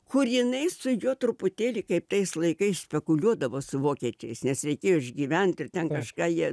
kur jinai su juo truputėlį kaip tais laikais spekuliuodavo su vokiečiais nes reikėjo išgyvent ir ten kažką jie